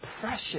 precious